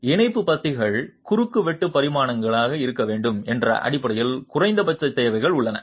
எனவே இணைப்பு பத்திகள் குறுக்கு வெட்டு பரிமாணங்களை இருக்க வேண்டும் என்ன அடிப்படையில் குறைந்தபட்ச தேவைகள் உள்ளன